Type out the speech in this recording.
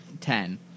Ten